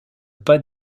pas